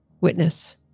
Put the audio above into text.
witness